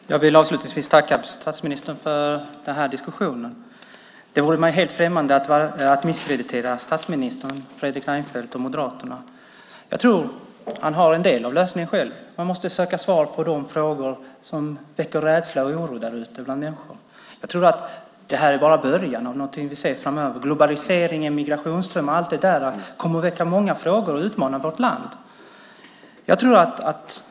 Fru talman! Jag vill avslutningsvis tacka statsministern för diskussionen. Det vore mig helt främmande att misskreditera statsminister Fredrik Reinfeldt och Moderaterna. Jag tror att han har en del av lösningen själv. Man måste söka svar på de frågor som väcker rädsla och oro bland människor. Det här är bara början på någonting vi kommer att se framöver. Globaliseringen, migrationsströmmarna och allt det där kommer att väcka många frågor och utmaningar i vårt land.